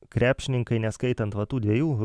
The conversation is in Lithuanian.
krepšininkai neskaitant va tų dviejų